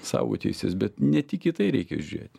savo teises bet ne tik į tai reikia žiūrėt